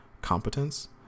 competence